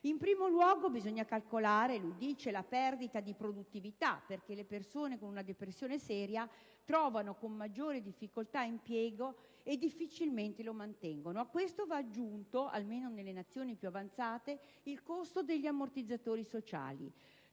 «In primo luogo bisogna calcolare la perdita di produttività perché le persone con una depressione seria trovano con maggiore difficoltà impiego e difficilmente se lo mantengono. A questo va aggiunto, almeno nelle Nazioni più avanzate, il costo degli ammortizzatori sociali.